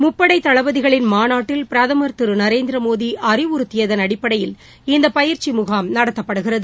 முப்படைதளபதிகளின் மாநாட்டில் பிரதமர் திருநரேந்திரமோடிஅறிவுறுத்தியதன் அடிப்படையில் இந்தபயிற்சிமுகாம் நடத்தப்படுகிறது